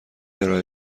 ارائه